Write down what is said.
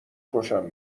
خوشم